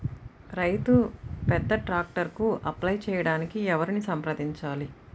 రైతు పెద్ద ట్రాక్టర్కు అప్లై చేయడానికి ఎవరిని సంప్రదించాలి?